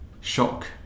shock